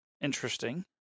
interesting